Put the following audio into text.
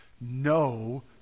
no